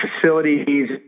facilities